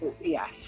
Yes